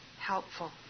helpful